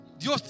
God